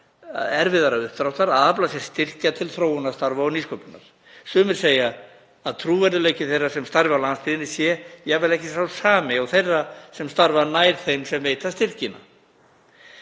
erfiðara uppdráttar að afla sér styrkja til þróunarstarfa og nýsköpunar. Sumir segja að trúverðugleiki þeirra sem starfi á landsbyggðinni sé jafnvel ekki sá sami og þeirra sem starfa nær þeim sem veita styrkina,